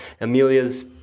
Amelia's